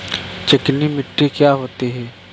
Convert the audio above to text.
चिकनी मिट्टी क्या होती है?